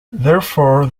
therefore